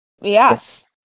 Yes